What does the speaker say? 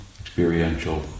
Experiential